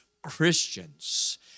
Christians